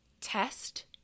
test